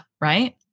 right